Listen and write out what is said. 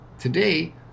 Today